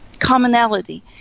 commonality